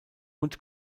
und